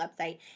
website